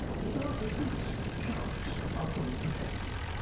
here, at least, sharks are fully protected.